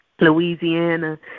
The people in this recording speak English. Louisiana